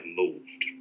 moved